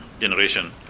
generation